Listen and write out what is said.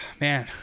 Man